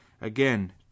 Again